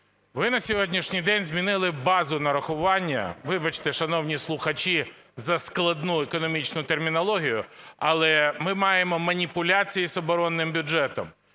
Ви на сьогоднішній день змінили базу нарахування. Вибачте, шановні слухачі, за складну економічну термінологію, але ми маємо маніпуляції з оборонним бюджетом.